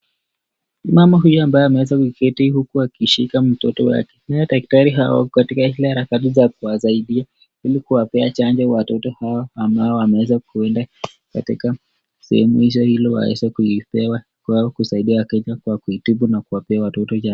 Mama huyu ambaye ameweza kuketi huku akishika mtoto wake , daktari ako kwa harakati ya kuwasaidia na kuwapea chanjo na ambao wameweza kuwapea na kuitibu na kupea Kenya ushindi.